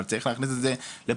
אבל צריך להכניס את זה לפרופורציה.